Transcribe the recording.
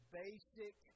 basic